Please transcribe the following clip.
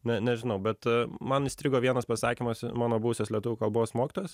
ne nežinau bet man įstrigo vienas pasakymas mano buvusios lietuvių kalbos mokytojos